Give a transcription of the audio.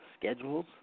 schedules